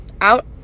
out